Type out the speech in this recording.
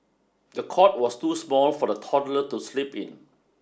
the cot was too small for the toddler to sleep in